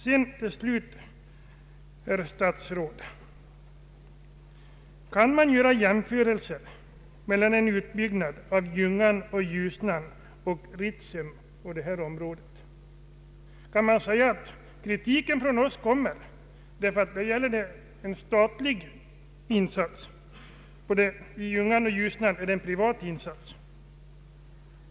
Kan man slutligen, herr statsråd, här göra jämförelser mellan utbyggnaden av Ljungan och Ljusnan kontra Ritsem? Kan man säga att vi framför kritik därför att Ritsemprojektet gäller en statlig insats, medan det i Ljungan och Ljusnan gäller privata insatser?